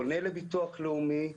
פונה לביטוח לאומי.